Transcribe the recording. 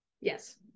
yes